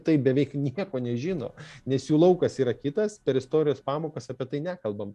tai beveik nieko nežino nes jų laukas yra kitas per istorijos pamokas apie tai nekalbam